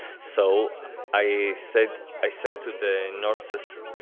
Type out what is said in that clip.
so i said i said to the nurses,